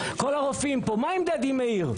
כל הרופאים פה, מה עם דדי מאיר?